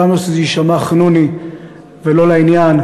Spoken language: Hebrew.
כמה שזה ישמע חנוני ולא לעניין,